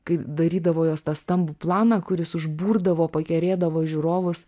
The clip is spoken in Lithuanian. kai darydavo jos tą stambų planą kuris užburdavo pakerėdavo žiūrovus